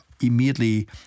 immediately